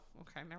okay